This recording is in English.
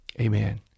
Amen